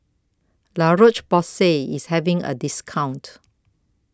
La Roche Porsay IS having A discount